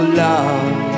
love